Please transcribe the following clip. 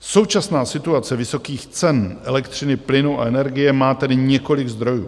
Současná situace vysokých cen elektřiny, plynu a energie má tedy několik zdrojů.